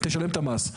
תשלם את המס.